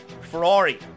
Ferrari